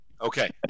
Okay